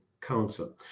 Council